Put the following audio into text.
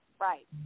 Right